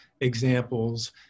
examples